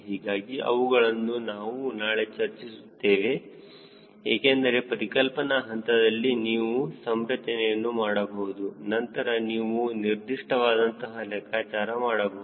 ಹೀಗಾಗಿ ಅವುಗಳನ್ನು ನಾನು ನಾಳೆ ಚರ್ಚಿಸುತ್ತೇನೆ ಏಕೆಂದರೆ ಪರಿಕಲ್ಪನಾ ಹಂತದಲ್ಲಿ ನೀವು ಸಂರಚನೆಯನ್ನು ಮಾಡಬಹುದು ನಂತರ ನೀವು ನಿರ್ದಿಷ್ಟವಾದಂತಹ ಲೆಕ್ಕಚಾರ ಮಾಡಬಹುದು